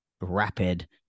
rapid